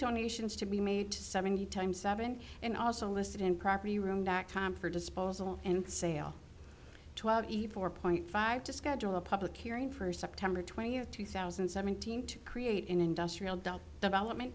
donations to be made to seventy times seven and also listed in property room dot com for disposal and sale four point five to schedule a public hearing for september twentieth two thousand and seventeen to create an industrial dot development